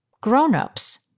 grown-ups